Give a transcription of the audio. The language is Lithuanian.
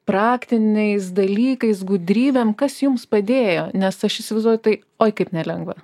praktiniais dalykais gudrybėm kas jums padėjo nes aš įsivaizduoju tai oi kaip nelengva